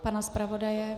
Pana zpravodaje.